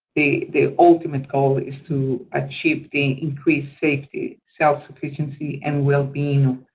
the ultimate goal is to achieve the increased safety, self-sufficiency, and well-being